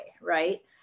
right